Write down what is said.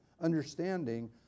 understanding